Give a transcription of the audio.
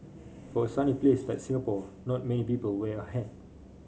for a sunny place like Singapore not many people wear a hat